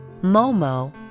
Momo